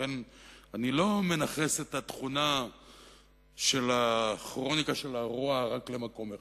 לכן אני לא מנכס את התכונה של הכרוניקה של הרוע רק למקום אחד,